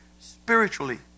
spiritually